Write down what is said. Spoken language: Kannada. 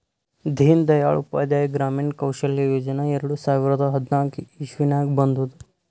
ದೀನ್ ದಯಾಳ್ ಉಪಾಧ್ಯಾಯ ಗ್ರಾಮೀಣ ಕೌಶಲ್ಯ ಯೋಜನಾ ಎರಡು ಸಾವಿರದ ಹದ್ನಾಕ್ ಇಸ್ವಿನಾಗ್ ಬಂದುದ್